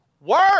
Work